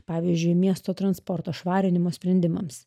pavyzdžiui miesto transporto švarinimo sprendimams